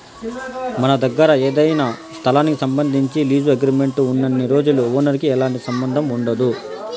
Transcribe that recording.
మన దగ్గర ఏదైనా స్థలానికి సంబంధించి లీజు అగ్రిమెంట్ ఉన్నన్ని రోజులు ఓనర్ కి ఎలాంటి సంబంధం ఉండదు